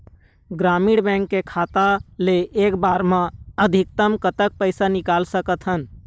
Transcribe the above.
ग्रामीण बैंक के खाता ले एक बार मा अधिकतम कतक पैसा निकाल सकथन?